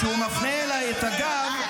כשהוא מפנה אליי את הגב,